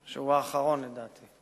שהוא האחרון, לדעתי.